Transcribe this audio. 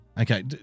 Okay